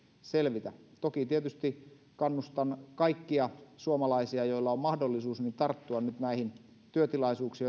selvitä toki tietysti kannustan kaikkia suomalaisia joilla on mahdollisuus tarttumaan nyt näihin työtilaisuuksiin